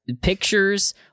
pictures